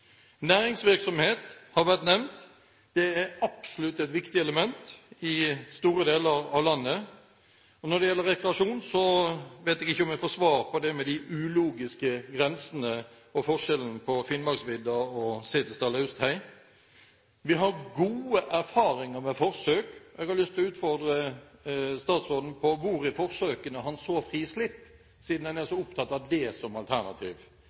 Næringsvirksomhet har vært nevnt. Det er absolutt et viktig element i store deler av landet. Når det gjelder rekreasjon, vet jeg ikke om jeg får svar på det med de ulogiske grensene og forskjellen på Finnmarksvidda og Setesdal Austhei. Vi har gode erfaringer med forsøk, og jeg har lyst til å utfordre statsråden på hvor i forsøkene han så frislepp, siden han er så opptatt av det som alternativ.